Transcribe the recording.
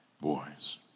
boys